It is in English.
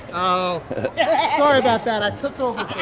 oh sorry about that. i took over